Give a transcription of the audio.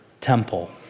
temple